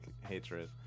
hatred